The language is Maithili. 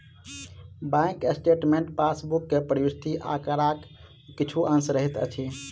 बैंक स्टेटमेंट पासबुक मे प्रविष्ट आंकड़ाक किछु अंश रहैत अछि